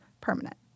permanent